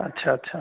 আচ্ছা আচ্ছা